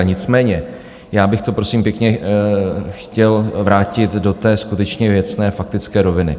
Nicméně já bych to, prosím pěkně, chtěl vrátit do té skutečně věcné, faktické roviny.